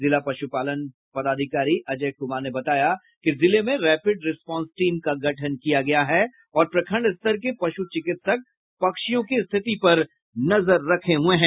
जिला पश्पालन पदाधिकारी अजय क्मार ने बताया कि जिले में रैपिड रिस्पांस टीम का गठन किया गया है और प्रखंड स्तर के पश् चिकित्सक पक्षियों की स्थिति पर नजर रखे हुए हैं